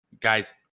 Guys